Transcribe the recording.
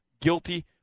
Guilty